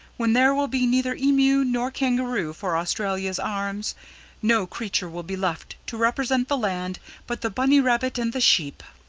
when there will be neither emu nor kangaroo for australia's arms no creature will be left to represent the land but the bunny rabbit and the sheep.